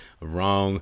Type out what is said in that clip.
wrong